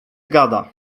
gada